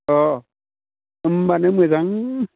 अह होमबानो मोजां